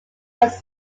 cause